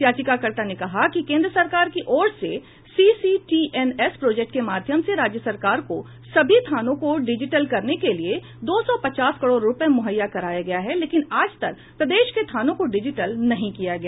याचिकाकर्ता ने कहा कि केंद्र सरकार की ओर से सीसीटीएनएस प्रोजेक्ट के माध्यम से राज्य सरकार को सभी थानों को डिजीटल करने के लिए दो सौ पचास करोड़ रुपया मुहैया कराया गया है लेकिन आज तक प्रदेश के थानों को डिजिटल नहीं किया गया